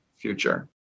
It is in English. future